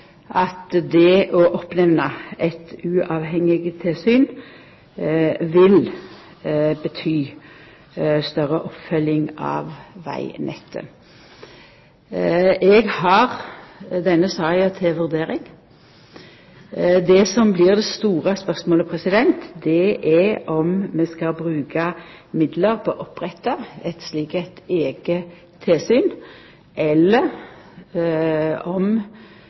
at det å oppnemna eit uavhengig tilsyn vil bety større oppfølging av vegnettet. Eg har denne saka til vurdering. Det som blir det store spørsmålet, er om vi skal bruka midlar på å oppretta eit slikt eige tilsyn, eller om